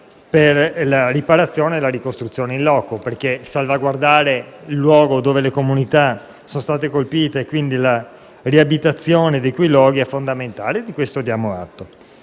per la riparazione e la ricostruzione *in loco*, perché salvaguardare il luogo dove le comunità sono state colpite e quindi la riabitazione di quei luoghi è fondamentale e di questo vi diamo atto.